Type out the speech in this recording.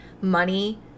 money